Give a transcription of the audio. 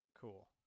cool